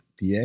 PA